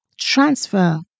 transfer